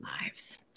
lives